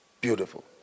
Beautiful